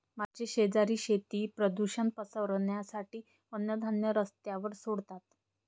माझे शेजारी शेती प्रदूषण पसरवण्यासाठी अन्नधान्य रस्त्यावर सोडतात